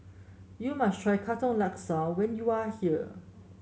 you must try Katong Laksa when you are here